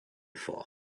vor